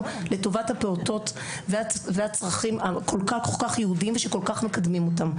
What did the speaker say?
לטובת הפעוטות והצרכים הייעודיים שכל כך מקדמים אותם.